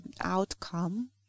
Outcome